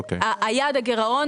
יעד הגירעון